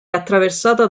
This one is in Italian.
attraversata